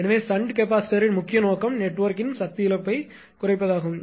எனவே ஷண்ட் கெபாசிட்டரின் முக்கிய நோக்கம் நெட்வொர்க்ன் சக்தி இழப்பைக் குறைப்பதாகும்